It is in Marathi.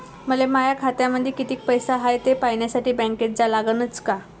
मले माया खात्यामंदी कितीक पैसा हाय थे पायन्यासाठी बँकेत जा लागनच का?